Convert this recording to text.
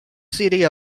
city